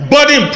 Body